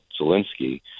Zelensky